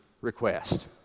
request